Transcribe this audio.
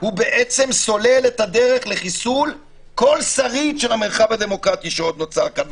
הוא סולל את הדרך לחיסול כל שריד של המרחב הדמוקרטיה שעוד נותר כאן.